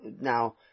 Now